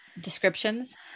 descriptions